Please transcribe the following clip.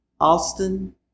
Austin